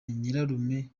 nyirarume